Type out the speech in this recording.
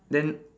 then